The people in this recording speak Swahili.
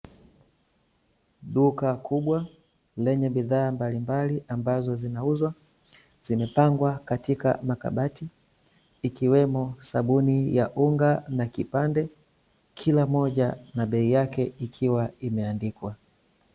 Duka kubwa lenye bidhaa mbalimbali ambazo zinauzwa, zimepangwa katika makabati , ikiwemo sabuni ya unga na kipande, kila moja na bei yake, ikiwa imeandikwa.